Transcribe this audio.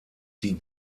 die